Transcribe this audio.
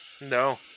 No